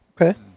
okay